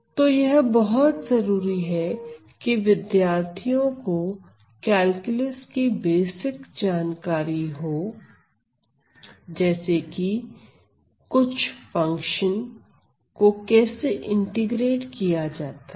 तो यह बहुत जरूरी है कि विद्यार्थियों को कैलकुलस की बेसिक जानकारी हो जैसे कि कुछ फंक्शन को कैसे इंटीग्रेट किया जाता है